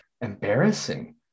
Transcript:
Embarrassing